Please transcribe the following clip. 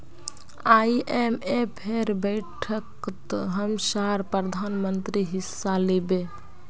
आईएमएफेर बैठकत हमसार प्रधानमंत्री हिस्सा लिबे